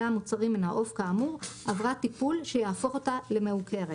מוצרים מן העוף כאמור עברה טיפול שיהפוך אותה למעוקרת,